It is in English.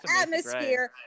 atmosphere